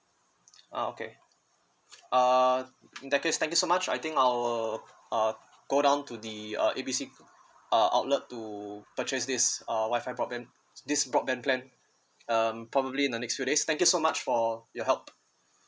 ah okay uh in that case thank you so much I think I will uh go down to the uh A B C uh outlet to purchase this uh Wi-Fi broadband this broadband plan um probably in the next few days thank you so much for your help